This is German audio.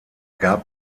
gab